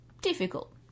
Difficult